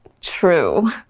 true